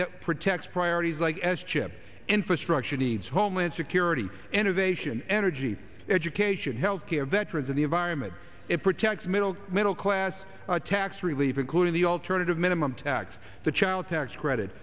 that protects priorities like s chip infrastructure needs homeland security innovation energy education health care veterans of the environment it protects middle middle class tax relief including the alternative minimum tax the child tax credit